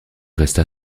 resta